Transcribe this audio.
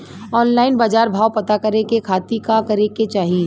Online बाजार भाव पता करे के खाती का करे के चाही?